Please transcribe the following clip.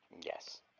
Yes